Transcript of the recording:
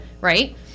Right